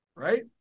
Right